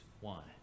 one